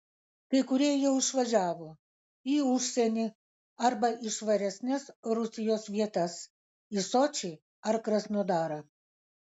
kai kurie jau išvažiavo į užsienį arba į švaresnes rusijos vietas į sočį ar krasnodarą